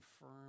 firm